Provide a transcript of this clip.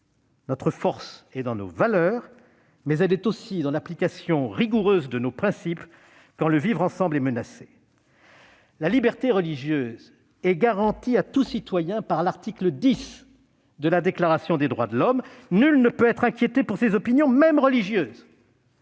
Notre force est dans nos valeurs, mais elle est aussi dans l'application rigoureuse de nos principes quand le vivre ensemble est menacé. La liberté religieuse est garantie à tout citoyen par l'article X de la Déclaration des droits de l'homme et du citoyen :« Nul ne doit être inquiété pour ses opinions, même religieuses